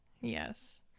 yes